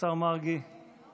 אני מקריא לך